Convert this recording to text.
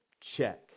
Check